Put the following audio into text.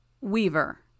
Weaver